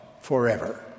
forever